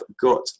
got